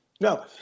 No